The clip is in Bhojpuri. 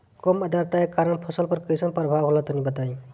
कम आद्रता के कारण फसल पर कैसन प्रभाव होला तनी बताई?